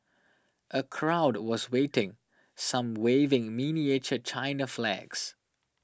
a crowd was waiting some waving miniature China flags